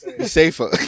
Safer